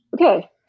Okay